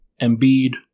Embiid